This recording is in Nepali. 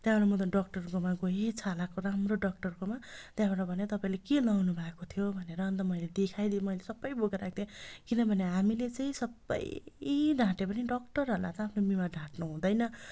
त्यहाँबाट म त डक्टरकोमा गएँ छालाको राम्रो डक्टरकोमा त्यहाँबाट भन्यो तपाईँले के लगाउनु भएको थियो भनेर अन्त मैले देखाइदिएँ मैले सबै बोकेर आएको थिएँ किनभने हामीले चाहिँ सबै ढाँट्यो भने डक्टरहरूलाई त आफ्नो बिमार ढाँट्नु हुँदैन